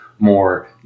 more